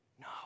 No